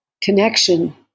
connection